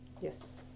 Yes